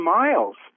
miles